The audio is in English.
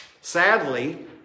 Sadly